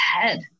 head